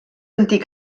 antic